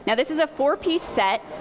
yeah this is a four-piece set.